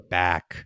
back